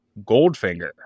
Goldfinger